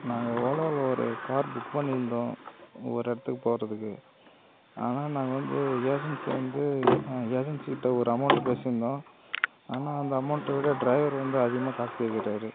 நாங்கள் ஓலால ஒரு கார் புக் பண்ணிருந்தோம் ஒரு இடத்துக்கு போகிறதுக்கு ஆனால் நாங்கள் வந்து ஏஜென்சி வந்து ஏஜென்சிகிட்ட ஒரு அமௌன்ட் பேசிருந்தோம் ஆனால் அந்த அமௌன்ட்டை விட டிரைவர் வந்து அதிகமாக காசு கேக்குறார்